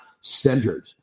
centered